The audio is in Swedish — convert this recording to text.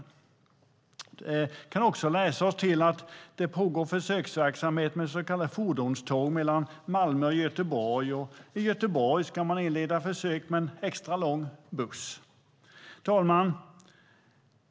Vi kan också läsa oss till att det pågår försöksverksamhet med så kallade fordonståg mellan Malmö och Göteborg, och i Göteborg ska man inleda försök med en extra lång buss. Herr talman!